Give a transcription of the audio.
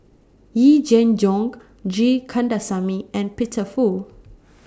Yee Jenn Jong G Kandasamy and Peter Fu